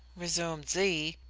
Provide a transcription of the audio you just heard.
resumed zee,